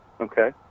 Okay